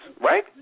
right